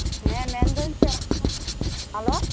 ᱦᱮᱸ ᱢᱮᱱᱫᱟᱹᱧ ᱪᱮᱫ ᱦᱮᱞᱳ